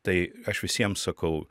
tai aš visiems sakau